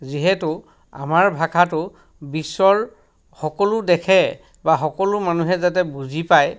যিহেতু আমাৰ ভাষাটো বিশ্বৰ সকলো দেশে বা সকলো মানুহে যাতে বুজি পায়